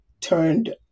turned